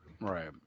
Right